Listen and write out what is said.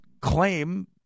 claim